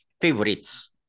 Favorites